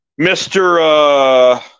Mr. –